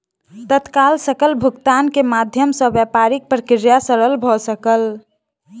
तत्काल सकल भुगतान के माध्यम सॅ व्यापारिक प्रक्रिया सरल भ सकल